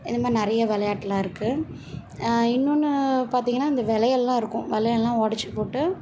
இந்த மாதிரி நிறைய விளயாட்டுலாம் இருக்குது இன்னொன்று பார்த்தீங்கனா இந்த வளையல்லாம் இருக்கும் வளையல்லாம் ஒடைச்சி போட்டு